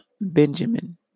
Benjamin